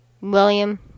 William